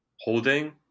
holding